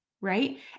Right